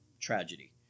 tragedy